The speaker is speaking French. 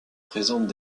présentent